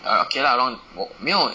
err okay lah around 我没有